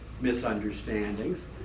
misunderstandings